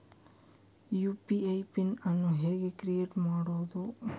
UPI pin ಅನ್ನು ಹೇಗೆ create ಮಾಡುದು?